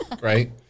Right